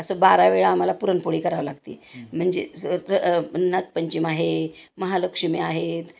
असं बारा वेळा आम्हाला पुरणपोळी करावं लागते म्हणजे स र नागपंचम आहे महालक्ष्मी आहेत